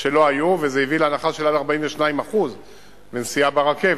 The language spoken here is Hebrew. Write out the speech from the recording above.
שלא היו, וזה הביא להנחה של עד 42% בנסיעה ברכבת.